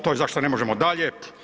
To je zašto ne možemo dalje.